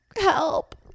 Help